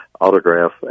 autograph